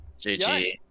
GG